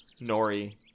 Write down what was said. Nori